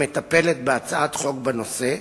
המטפלת בהצעת חוק בנושא,